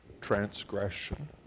transgression